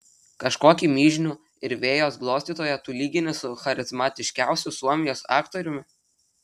kažkokį mižnių ir vejos glostytoją tu lygini su charizmatiškiausiu suomijos aktoriumi